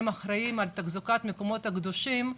הם אחראיים על תחזוקת המקומות הקדושים ביו"ש.